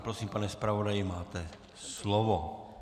Prosím, pane zpravodaji, máte slovo.